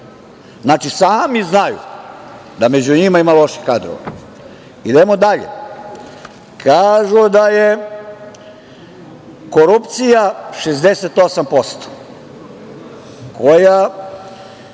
Znači, sami znaju da među njima ima loših kadrova. Idemo dalje. Kažu da je korupcije 68% koja